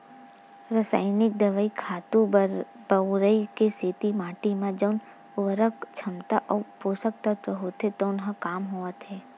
रसइनिक दवई, खातू बउरई के सेती माटी म जउन उरवरक छमता अउ पोसक तत्व होथे तउन ह कम होवत हे